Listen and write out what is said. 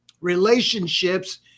Relationships